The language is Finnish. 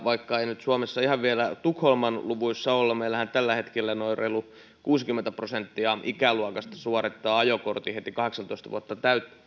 vaikka ei nyt suomessa ihan vielä tukholman luvuissa olla niin meillähän tällä hetkellä noin reilu kuusikymmentä prosenttia ikäluokasta suorittaa ajokortin heti kahdeksantoista vuotta